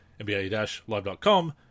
nba-live.com